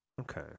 okay